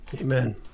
Amen